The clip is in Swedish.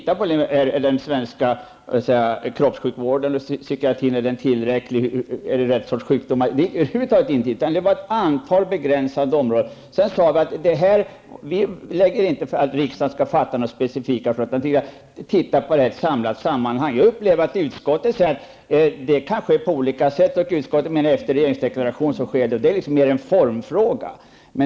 Vi har t.ex. inte tagit upp frågor som om den svenska kroppssjukvården eller psykiatrin är tillräckliga eller inriktade på rätts sorts sjukdomar. Vi gick in på ett antal begränsade områden. Vi sade oss inte att vi lägger fram förslag för att riksdagen skall fatta några specifika beslut, utan det gällde att se på frågorna i ett samlat sammanhang. Från utskottet pekar man på regeringsdeklarationen, men det är mera en formfråga.